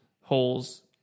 holes